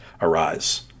arise